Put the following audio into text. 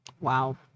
Wow